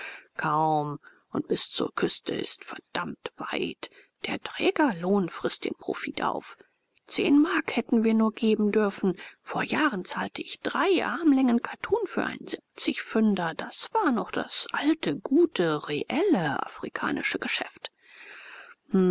kaum und bis zur küste ist verdammt weit der trägerlohn frißt den profit auf zehn mark hätten wir nur geben dürfen vor jahren zahlte ich drei armlängen kattun für einen siebzigpfünder das war noch das alte gute reelle afrikanische geschäft